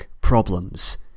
problems